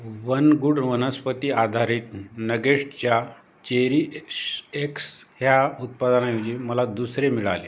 one good वनस्पती आधारित नगेट्सच्या चेरीशएक्स ह्या उत्पादनाऐवजी मला दुसरे मिळाले